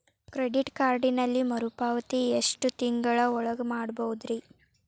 Credit ಕಾರ್ಡಿನಲ್ಲಿ ಮರುಪಾವತಿ ಎಷ್ಟು ತಿಂಗಳ ಒಳಗ ಮಾಡಬಹುದ್ರಿ?